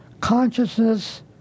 Consciousness